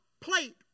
plate